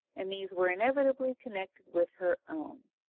and these were inevitably connected with her own.